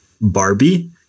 Barbie